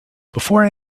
before